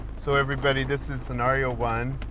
so, everybody, this is scenario one.